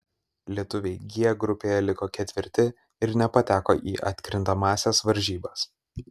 lietuviai g grupėje liko ketvirti ir nepateko į atkrintamąsias varžybas